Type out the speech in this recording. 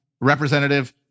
representative